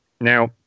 now